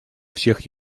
всех